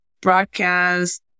broadcast